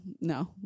no